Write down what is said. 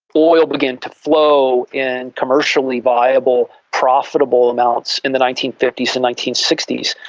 oil began to flow in commercially viable profitable amounts in the nineteen fifty s and nineteen sixty s.